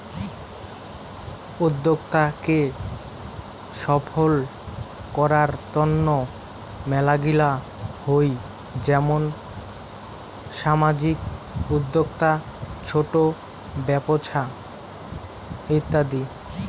উদ্যোক্তা কে সফল করার তন্ন মেলাগিলা হই যেমন সামাজিক উদ্যোক্তা, ছোট ব্যপছা ইত্যাদি